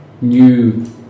new